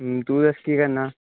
ਤੂੰ ਦੱਸ ਕੀ ਕਰਨਾ